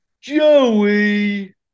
Joey